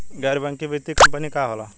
गैर बैकिंग वित्तीय कंपनी का होला?